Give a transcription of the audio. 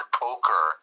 poker